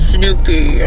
Snoopy